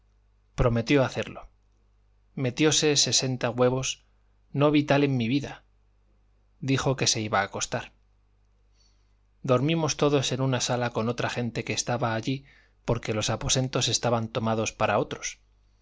prometió hacerlo metióse sesenta huevos no vi tal en mi vida dijo que se iba a acostar dormimos todos en una sala con otra gente que estaba allí porque los aposentos estaban tomados para otros